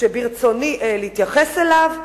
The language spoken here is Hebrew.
שברצוני להתייחס אליו,